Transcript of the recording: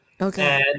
Okay